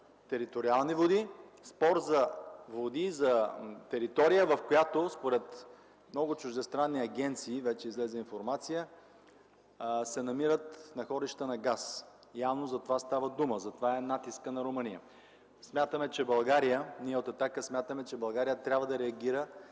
териториални води – спор за територия, в която според много чуждестранни агенции, вече излезе информация, се намират находища на газ. Явно за това става дума. Затова е натискът на Румъния. Ние от „Атака” смятаме, че България трябва да реагира